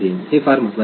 हे फार महत्त्वाचे आहे